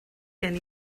gen